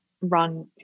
run